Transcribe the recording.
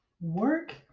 work